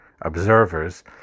observers